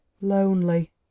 Lonely